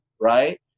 right